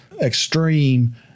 extreme